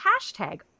hashtag